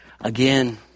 Again